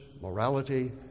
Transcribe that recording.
morality